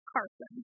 Carson